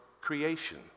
creation